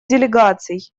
делегаций